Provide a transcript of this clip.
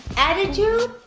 attitude,